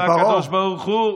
הקדוש ברוך הוא: